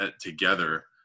together